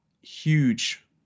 huge